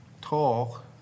talk